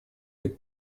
быть